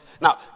Now